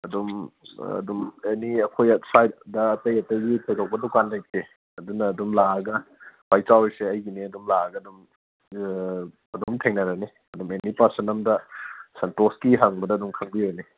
ꯑꯗꯨꯝ ꯑꯥ ꯑꯗꯨꯝ ꯑꯦꯅꯤ ꯑꯩꯈꯣꯏ ꯁ꯭ꯋꯥꯏꯗ ꯑꯇꯩ ꯑꯇꯩꯒꯤ ꯊꯣꯏꯗꯣꯛꯄ ꯗꯨꯀꯥꯟ ꯂꯩꯇꯦ ꯑꯗꯨꯅ ꯑꯗꯨꯝ ꯂꯥꯛꯑꯒ ꯈ꯭ꯋꯥꯏꯗꯒꯤ ꯆꯥꯎꯔꯤꯁꯦ ꯑꯩꯒꯤꯅꯦ ꯑꯗꯨꯝ ꯂꯥꯛꯂꯒ ꯑꯗꯨꯝ ꯑꯥ ꯑꯗꯨꯝ ꯊꯦꯡꯅꯔꯅꯤ ꯑꯗꯨꯝ ꯑꯦꯅꯤ ꯄꯥꯔꯁꯟ ꯑꯃꯗ ꯁꯟꯇꯣꯁꯀꯤ ꯍꯪꯕꯗ ꯑꯗꯨꯝ ꯈꯪꯕꯤꯔꯅꯤ